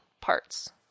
parts